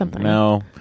no